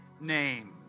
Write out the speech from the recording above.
name